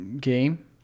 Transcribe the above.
game